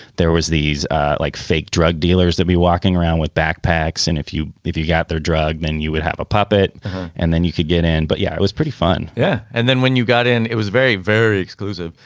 there was these like fake drug dealers that be walking around with backpacks. and if you if you got their drug and you would have a puppet and then you could get in. but yeah, it was pretty fun yeah. and then when you got in, it was very, very exclusive.